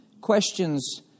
Questions